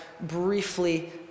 briefly